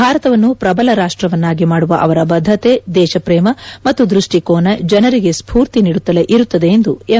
ಭಾರತವನ್ನು ಪಬಲ ರಾಷವನ್ಯಾಗಿ ಮಾಡುವ ಅವರ ಬದ್ಧತೆ ದೇಶಪೇಮ ಮತ್ತು ದ್ವಷಿಕೋನ ಜನರಿಗೆ ಸ್ಕೂರ್ತಿ ನೀಡುತ್ತಲೇ ಇರುತ್ತದೆ ಎಂದು ಎಂ